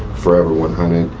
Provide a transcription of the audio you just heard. forever one hundred,